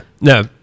No